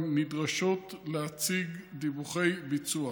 הן נדרשות להציג דיווחי ביצוע.